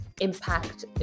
impact